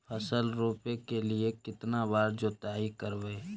फसल रोप के लिय कितना बार जोतई करबय?